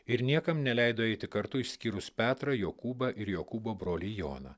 ir niekam neleido eiti kartu išskyrus petrą jokūbą ir jokūbo brolį joną